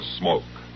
smoke